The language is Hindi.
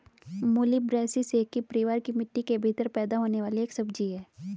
मूली ब्रैसिसेकी परिवार की मिट्टी के भीतर पैदा होने वाली एक सब्जी है